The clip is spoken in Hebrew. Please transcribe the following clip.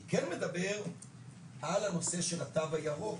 אני כן מדבר על הנושא של התו הירוק,